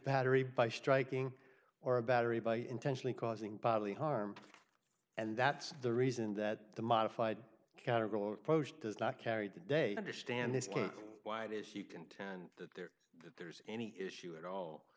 battery by striking or a battery by intentionally causing bodily harm and that's the reason that the modified category does not carry the day understand this why it is you contend that there there's any issue at all